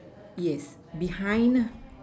yes behind